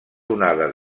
onades